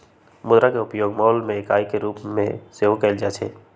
मुद्रा के उपयोग मोल के इकाई के रूप में सेहो कएल जाइ छै